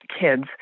kids